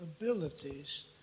abilities